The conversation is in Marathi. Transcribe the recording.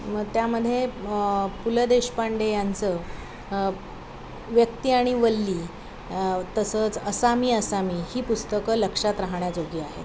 मग त्यामध्ये पु ल देशपांडे यांंचं व्यक्ती आणि वल्ली तसंच असा मी असा मी ही पुस्तकं लक्षात राहण्याजोगी आहेत